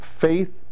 faith